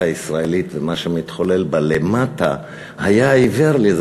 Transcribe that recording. הישראלית ומה שמתחולל בה למטה היה עיוור לזה,